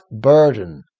burden